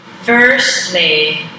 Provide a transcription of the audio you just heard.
Firstly